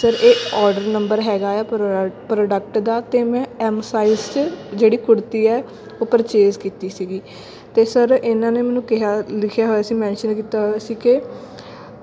sir ਇਹ order number ਹੈਗਾ ਆ ਪ੍ਰੋਡਕਟ ਦਾ ਅਤੇ ਮੈਂ ਐੱਮ ਸਾਈਜ 'ਚ ਜਿਹੜੀ ਕੁੜਤੀ ਹੈ ਉਹ ਪਰਚੇਜ ਕੀਤੀ ਸੀਗੀ ਅਤੇ ਸਰ ਇਹਨਾਂ ਨੇ ਮੈਨੂੰ ਕਿਹਾ ਲਿਖਿਆ ਹੋਇਆ ਸੀ ਮੈਂਸ਼ਨ ਕੀਤਾ ਹੋਇਆ ਸੀ ਕਿ